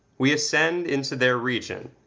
we ascend into their region,